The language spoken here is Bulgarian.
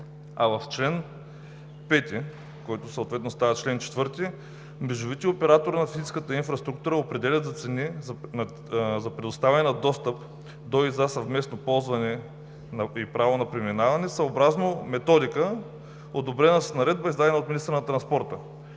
А в чл. 5, който съответно става чл. 4, мрежовите оператори на физическата инфраструктура определят цени за предоставяне на достъп до и за съвместно ползване и на право на преминаване съобразно методика, одобрена с наредба, издадена от министъра на транспорта.